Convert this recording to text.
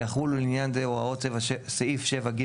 ויחולו לעניין זה הוראות סעיף 7(ג),